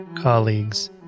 colleagues